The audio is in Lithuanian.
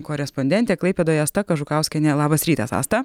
korespondentė klaipėdoje asta kažukauskienė labas rytas asta